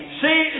see